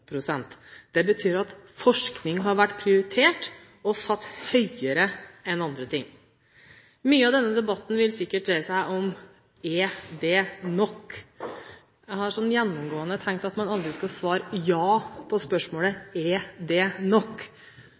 Det betyr at forskning har vært prioritert og satt høyere enn andre ting. Mye av denne debatten vil sikkert dreie seg om: Er det nok? Jeg har gjennomgående tenkt at man aldri skal svare ja på spørsmålet om det er nok.